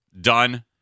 Done